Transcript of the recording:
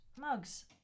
mugs